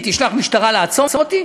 היא תשלח משטרה לעצור אותי.